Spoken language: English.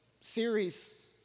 series